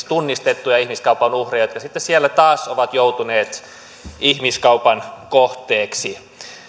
tunnistettuja ihmiskaupan uhreja jotka sitten siellä taas ovat joutuneet ihmiskaupan kohteeksi